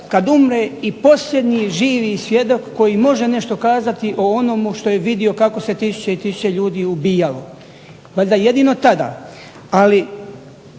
kad umre i posljednji živi svjedok koji može nešto kazati o onomu što je vidio kako se tisuće i tisuće ljudi ubijalo, valjda jedino tada. Ali